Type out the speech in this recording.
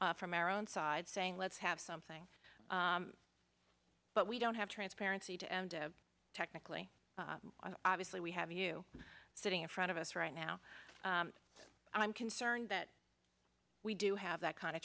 to from our own side saying let's have something but we don't have transparency to and technically obviously we have you sitting in front of us right now and i'm concerned that we do have that kind of